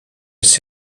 its